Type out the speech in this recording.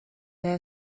there